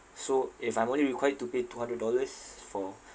so if I'm only required to pay two hundred dollars for